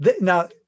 Now